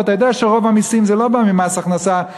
אתה יודע שרוב כספי המסים לא באים ממס הכנסה,